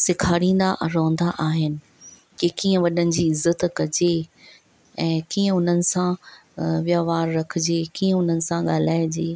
सिखारींदा रहुंदा आहिनि के कीअं वॾनि जी इज़त कजे ऐं कीअं उननि सां वहिंवारु रखजे जे कीअं उननि सां ॻाल्हाजे